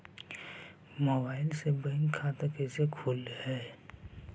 Mobile से bank खाता कैसे खुल है?